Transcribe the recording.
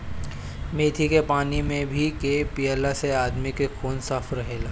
मेथी के पानी में भे के पियला से आदमी के खून साफ़ रहेला